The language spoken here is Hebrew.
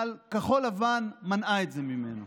אבל כחול לבן מנעה את זה ממנו.